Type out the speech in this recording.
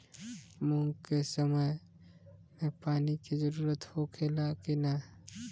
मूंग के समय मे पानी के जरूरत होखे ला कि ना?